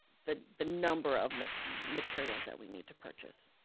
the the number of materials that we need to purchase